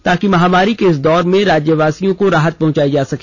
ताकि महामारी के इस दौर में राज्यवासियों को राहत पहुंचाई जा सके